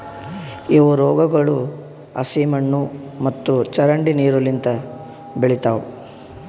ಇವು ರೋಗಗೊಳ್ ಹಸಿ ಮಣ್ಣು ಮತ್ತ ಚರಂಡಿ ನೀರು ಲಿಂತ್ ಬೆಳಿತಾವ್